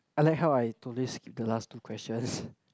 I like how I do this keep the last two questions